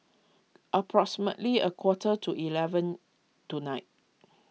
approximately a quarter to eleven tonight